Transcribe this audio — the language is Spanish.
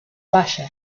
vaya